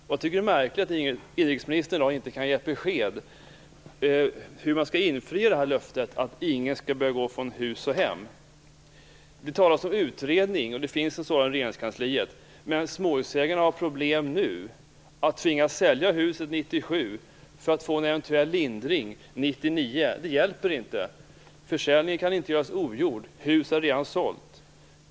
Jag tycker att det är märkligt att inrikesministern i dag inte kan ge ett besked om hur man skall infria löftet om att ingen skall behöva gå från hus och hem. Det talas om en utredning, och det finns en sådan i Regeringskansliet. Men småhusägarna har problem nu. Att tvingas sälja huset 1997 för att få en eventuell lindring 1999 hjälper inte. Försäljningen kan inte göras ogjord. Huset är redan sålt.